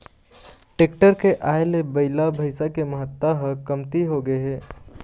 tractor के आए ले बइला, भइसा के महत्ता ह कमती होगे हे